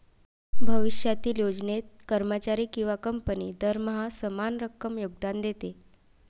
भविष्यातील योजनेत, कर्मचारी किंवा कंपनी दरमहा समान रक्कम योगदान देते